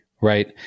right